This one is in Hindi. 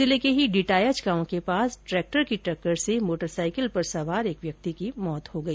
जिले के ही डिडायच गांव के पास ट्रेक्टर की टक्कर से मोटरसाईकिल पर सवार एक व्यक्ति की मौत हो गई